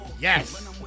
Yes